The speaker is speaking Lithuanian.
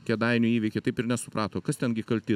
kėdainių įvykiai taip ir nesuprato kas ten gi kalti